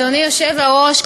אדוני היושב-ראש,